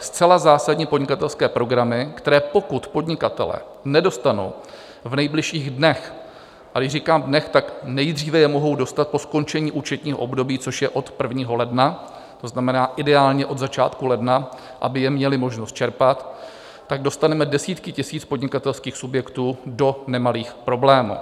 Zcela zásadní podnikatelské programy, které pokud podnikatelé nedostanou v nejbližších dnech a když říkám dnech, tak nejdříve je mohou dostat po skončení účetního období, co je od 1. ledna, to znamená ideálně od začátku ledna, aby je měli možnost čerpat tak dostaneme desítky tisíc podnikatelských subjektů do nemalých problémů.